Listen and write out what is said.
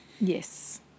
Yes